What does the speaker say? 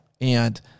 And-